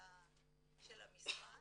של המשרד.